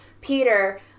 Peter